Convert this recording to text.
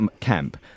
camp